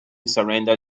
surrender